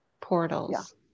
portals